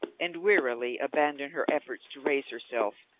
and wearily abandoned her efforts to raise herself,